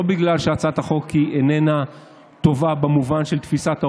לא בגלל שהצעת החוק איננה טובה במובן של תפיסת העולם,